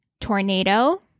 tornado